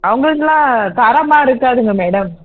அவங்கள்துலாம் தரமாக இருக்காதுங்க மேடம்